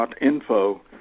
.info